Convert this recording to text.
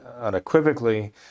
unequivocally